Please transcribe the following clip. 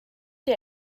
der